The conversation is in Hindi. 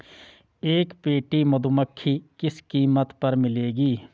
एक पेटी मधुमक्खी किस कीमत पर मिलेगी?